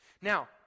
Now